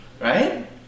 right